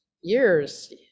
years